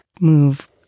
move